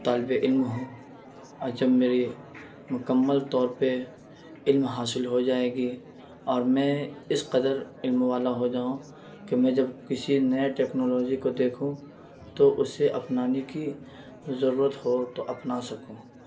طالب علم ہوں اور جب میری مکمل طور پہ علم حاصل ہو جائے گی اور میں اس قدر علم والا ہو جاؤں کہ میں جب کسی نئے ٹیکنالوجی کو دیکھوں تو اسے اپنانے کی ضرورت ہو تو اپنا سکوں